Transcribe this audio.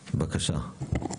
בבקשה.